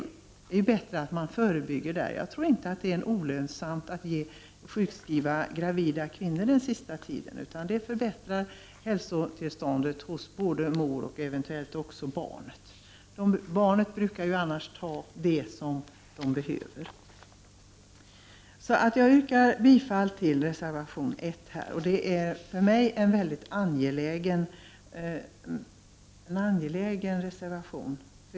Det är bättre att i så fall förebygga. Jag tror inte att det är olönsamt att sjukskriva kvinnor den sista tiden av graviditeten, utan det förbättrar hälsotillståndet hos både mor och eventuellt barnet. Barnet brukar ju ta den näring det behöver. Jag yrkar alltså bifall till reservation 1. Den är för mig en mycket angelägen reservation.